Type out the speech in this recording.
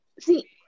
See